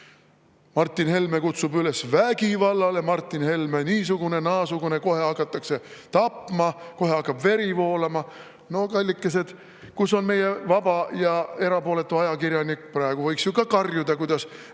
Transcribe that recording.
"Martin Helme kutsub üles vägivallale. Martin Helme on niisugune ja naasugune. Kohe hakatakse tapma, kohe hakkab veri voolama." No kallikesed, kus on meie vaba ja erapooletu ajakirjanik? Praegu võiks ju ka karjuda, kuidas